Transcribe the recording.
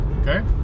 okay